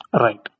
Right